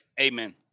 Amen